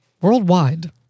worldwide